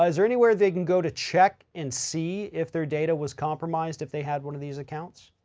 um there anywhere they can go to check and see if their data was compromised, if they had one of these accounts?